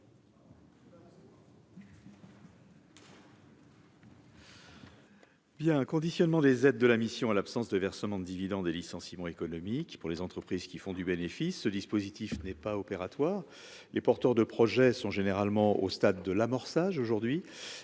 a un conditionnement des aides de la mission à l'absence de versement de dividendes et licenciements économiques pour les entreprises qui font du bénéfice, ce dispositif n'est pas opératoire, les porteurs de projets sont généralement au stade de l'amorçage aujourd'hui